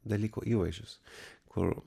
dalyko įvaizdžius kur